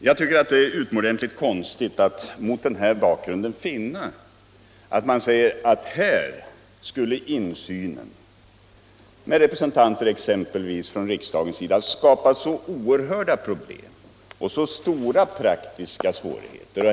Jag tycker att det är konstigt att mot den bakgrunden finna att man säger att här skulle insynen, med representanter exempelvis för riksdagen, skapa så oerhörda problem och så stora praktiska svårigheter.